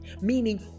meaning